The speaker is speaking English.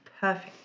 Perfect